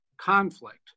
Conflict